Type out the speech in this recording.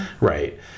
right